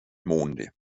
monde